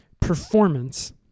performance